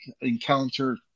encounter